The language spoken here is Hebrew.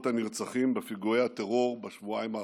הנרצחים בפיגועי הטרור בשבועיים האחרונים.